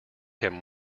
him